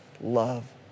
love